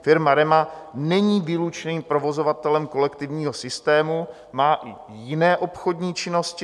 Firma REMA není výlučným provozovatelem kolektivního systému, má i jiné obchodní činnosti.